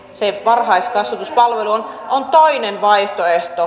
se varhaiskasvatuspalvelu on toinen vaihtoehto